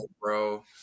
bro